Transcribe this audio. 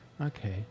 Okay